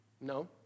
No